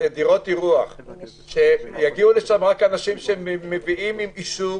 יחידות אירוח שיגיעו לשם רק אנשים שמגיעים עם אישור